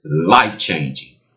life-changing